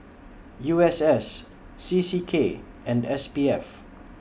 U S S C C K and S P F